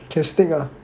can stick ah